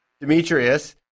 Demetrius